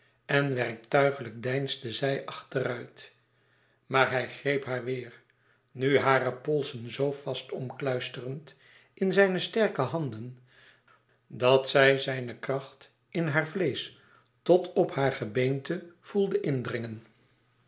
en werktuigelijk deinsde zij achteruit maar hij greep haar weêr nu hare polsen zoo vast omkluisterend in zijne sterke handen dat zij zijne kracht in haar vleesch tot op haar gebeente voelde indringen